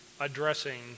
addressing